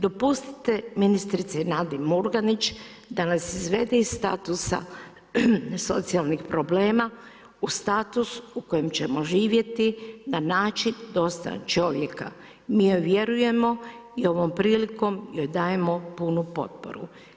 Dopustite ministrici Nadi Murganić da nas izvede iz statusa socijalnih problema u status u kojem ćemo živjeti na način dostojan čovjeka, mi joj vjerujemo i ovom prilikom joj dajemo punu potporu.